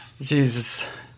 Jesus